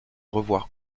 revoir